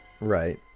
Right